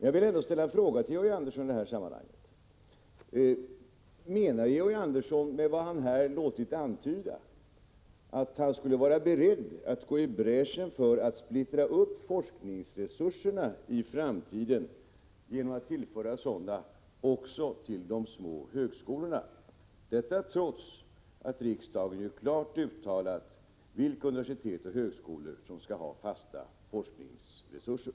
Jag vill ändå fråga Georg Andersson: Menar Georg Andersson med vad han här låtit antyda att han skulle vara beredd att gå i bräschen för att splittra upp forskningsresurserna i framtiden genom att tillföra sådana resurser också till de små högskolorna — detta trots att riksdagen ju klart har uttalat vilka universitet och högskolor som skall ha fasta forskningsresurser?